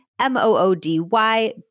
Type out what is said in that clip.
M-O-O-D-Y